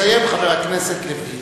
יסיים חבר הכנסת לוין.